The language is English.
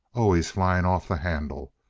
always flying off the handle.